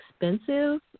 expensive